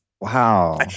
Wow